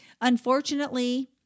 Unfortunately